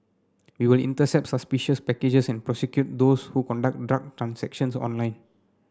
we will intercept suspicious packages and prosecute those who conduct drug transactions online